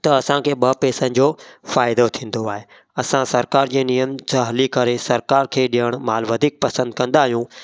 त असांखे ॿ पैसनि जो फ़ाइदो थींदो आहे असां सरकार जे नियम सां हली करे सरकार खे ॾियणु मालु वधीक पसंदि कंदा आहियूं